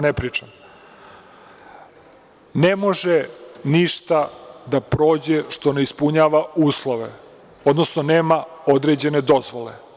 Ne može ništa da prođe što ne ispunjava uslove, odnosno nema određene dozvole.